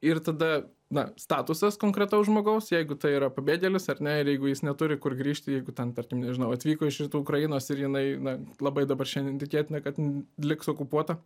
ir tada na statusas konkretaus žmogaus jeigu tai yra pabėgėlis ar ne ir jeigu jis neturi kur grįžti jeigu ten tarkim nežinau atvyko iš rytų ukrainos ir jinai na labai dabar šiandien tikėtina kad liks okupuota